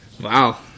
Wow